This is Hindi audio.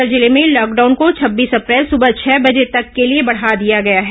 बस्तर जिले में लॉकडाउन को छब्बीस अप्रैल सुबह छह बजे तक के लिए बढ़ा दिया गया है